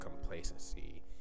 Complacency